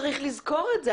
צריך לזכור את זה.